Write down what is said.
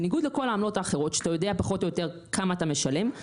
בניגוד לכל העמלות האחרות שאתה יודע פחות או יותר כמה אתה משלם,